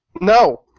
No